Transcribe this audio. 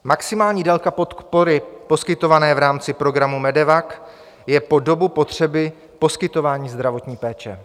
Maximální délka podpory poskytované v rámci programu MEDEVAC je po dobu potřeby poskytování zdravotní péče.